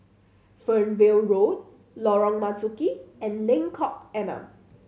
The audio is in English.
Fernvale Road Lorong Marzuki and Lengkok Enam